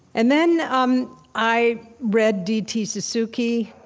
and then um i read d t. suzuki.